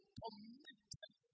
committed